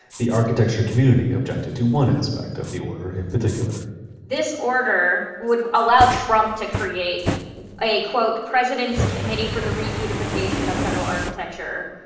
the architecture community objected to one aspect of the order in particular this order would allow trump to create a president's committee for the re-beautification of federal architecture,